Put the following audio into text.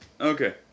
Okay